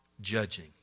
judging